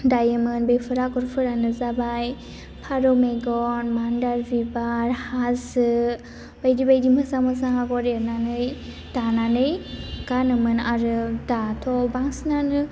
दायोमोन बेफोर आगरफोरानो जाबाय फारौ मेगन मान्दार बिबार हाजो बायदि बायदि मोजां मोजां आग'र एरनानै दानानै गानोमोन आरो दाथ' बांसिनानो